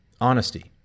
honesty